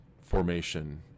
formation